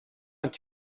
and